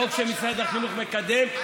חוק שמשרד החינוך מקדם,